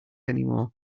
anymore